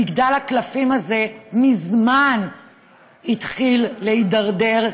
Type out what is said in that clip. מגדל הקלפים הזה מזמן התחיל להידרדר,